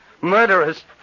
Murderers